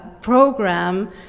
program